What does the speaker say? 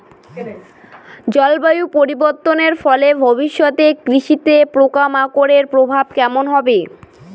জলবায়ু পরিবর্তনের ফলে ভবিষ্যতে কৃষিতে পোকামাকড়ের প্রভাব কেমন হবে?